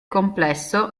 complesso